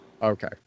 Okay